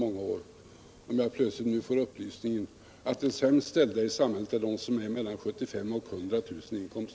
Jag får nu plötsligt upplysningen att de sämst ställda i samhället är de som har mellan 75 000 och 100 000 i inkomst.